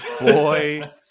Boy